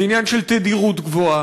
זה עניין של תדירות גבוהה,